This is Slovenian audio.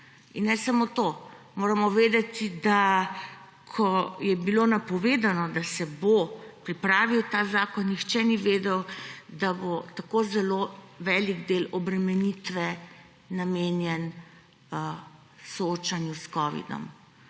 In ne samo to! Moramo vedeti, da ko je bilo napovedano, da se bo pripravil ta zakon, nihče ni vedel, da bo tako zelo velik del obremenitve namenjen soočanju s covidom.